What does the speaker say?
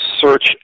search